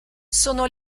sono